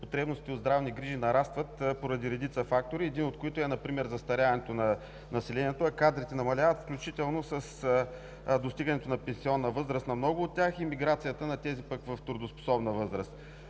потребностите от здравни грижи нарастват поради редица фактори, един от които е например застаряването на населението, а кадрите намаляват, включително с достигането на пенсионна възраст на много от тях и емиграцията на тези в трудоспособна възраст.